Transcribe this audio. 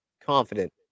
confident